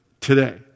today